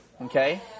Okay